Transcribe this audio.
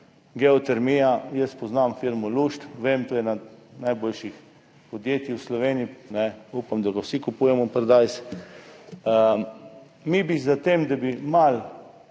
geotermija, jaz poznam firmo Lušt, vem, to je eno najboljših podjetij v Sloveniji, upam, da vsi kupujemo paradižnik, mi bi s tem, ko bi